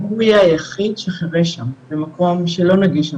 הוא יהיה היחיד שחירש שם, במקום שלא נגיש עבורו.